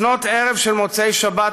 לפנות ערב של מוצאי שבת,